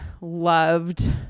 loved